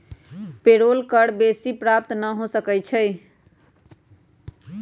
payroll कर बेशी लाभ प्राप्त न हो सकै छइ